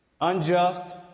unjust